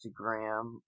Instagram